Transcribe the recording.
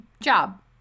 job